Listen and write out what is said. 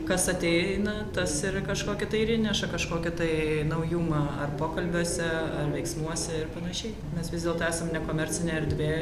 kas ateina tas ir kažkokį tai ir įneša kažkokį tai naujumą ar pokalbiuose ar veiksmuose ir panašiai mes vis dėlto esam nekomercinė erdvė